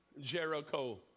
Jericho